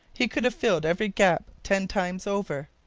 he could have filled every gap ten times over.